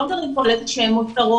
שאנחנו לא מדברים פה על איזה שהן מותרות.